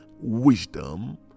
wisdom